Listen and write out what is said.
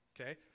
okay